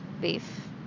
beef